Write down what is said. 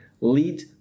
lead